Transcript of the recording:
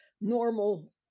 normal